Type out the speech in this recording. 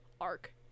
arc